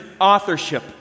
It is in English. authorship